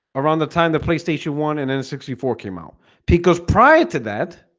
around the time the playstation one and then sixty four came out because prior to that